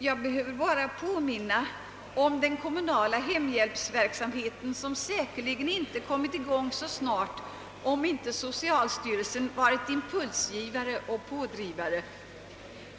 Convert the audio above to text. Jag behöver bara påminna om den kommunala hemhjälpsverksamheten, som säkerligen inte kommit i gång så snart om inte socialstyrelsen varit impulsgivare och pådrivare.